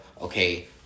okay